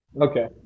okay